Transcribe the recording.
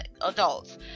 adults